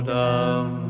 down